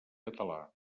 català